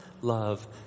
love